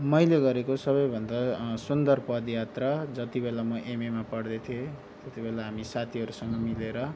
मैले गरेको सबैभन्दा सुन्दर पदयात्रा जति बेला म एमएमा पढ्दै थिएँ त्यति बेला हामी साथीहरूसँग मिलेर